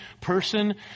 person